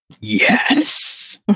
Yes